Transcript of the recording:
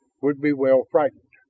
would be well frightened